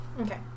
Okay